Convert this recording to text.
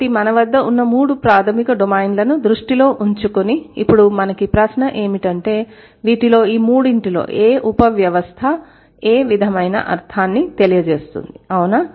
కాబట్టి మన వద్ద ఉన్న మూడు ప్రాథమిక డొమైన్లను దృష్టిలో ఉంచుకుని ఇప్పుడు మనకి ప్రశ్న ఏమిటంటే వీటిలో ఈ మూడింటిలో ఏ ఉపవ్యవస్థ ఏ విధమైన అర్థాన్ని తెలియజేస్తుందిఅవునా